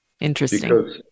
interesting